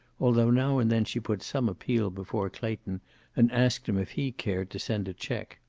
although now and then she put some appeal before clayton and asked him if he cared to send a check.